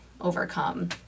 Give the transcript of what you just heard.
overcome